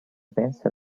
pencil